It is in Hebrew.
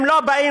הם לא באים,